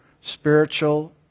spiritual